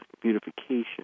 beautification